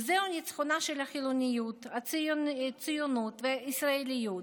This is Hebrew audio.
וזהו ניצחונה של החילוניות, הציונות והישראליות.